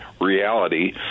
reality